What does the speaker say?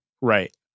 Right